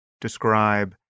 describe